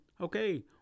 Okay